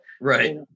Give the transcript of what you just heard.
right